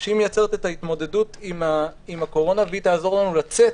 שמייצרת את ההתמודדות עם הקורונה והיא תעזור לנו לצאת